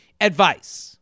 Advice